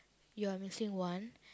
you are missing one